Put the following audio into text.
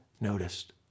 noticed